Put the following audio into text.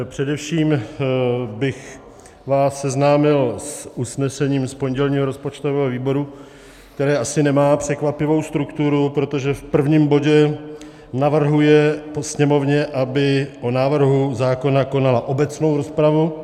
Především bych vás seznámil s usnesením z pondělního rozpočtového výboru, které asi nemá překvapivou strukturu, protože v prvním bodě navrhuje Poslanecké sněmovně, aby o návrhu zákona konala obecnou rozpravu.